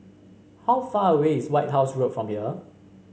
how far away is White House Road from here